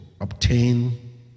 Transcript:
obtain